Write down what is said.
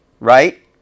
right